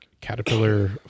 caterpillar